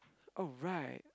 oh right